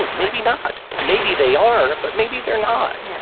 maybe not. maybe they are, but maybe they're not yeah